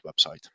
website